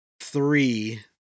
three